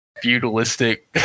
feudalistic